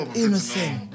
innocent